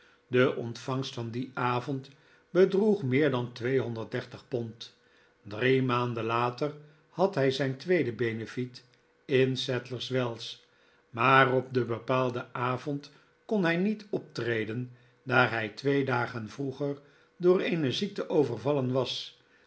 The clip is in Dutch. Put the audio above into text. de ontvangst van dien avond bedroeg meer dan tweehonderd dertig pond drie maanden later had hij zijn tweede benefiet in sadlers wells maar op denbepaalden avond kon hij niet optreden daar hij twee dagen vroeger door eene ziekte overvallen was